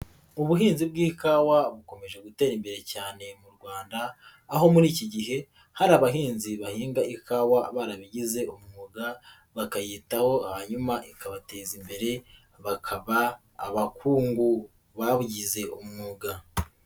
Ubuhinzi bw'ikawa bukomeje gutera imbere cyane mu Rwanda, aho muri iki gihe hari abahinzi bahinga ikawa barabigize umwuga bakayitaho hanyuma ikabateza imbere bakaba abakungu babigize umwuga.